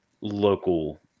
local